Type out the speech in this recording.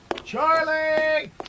Charlie